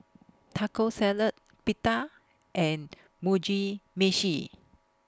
Taco Salad Pita and Mugi Meshi